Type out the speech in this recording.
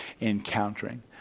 encountering